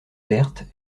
verte